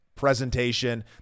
presentation